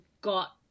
got